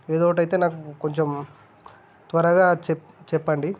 ఏదో ఒకటి అయితే నాకు కొంచెం త్వరగా చెప్ చెప్పండి